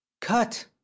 Cut